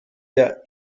der